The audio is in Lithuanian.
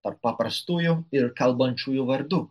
tarp paprastųjų ir kalbančiųjų vardų